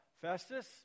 Festus